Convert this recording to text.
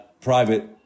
private